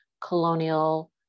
colonial